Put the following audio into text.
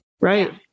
Right